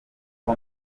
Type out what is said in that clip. uko